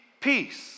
peace